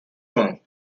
own